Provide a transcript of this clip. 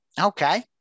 okay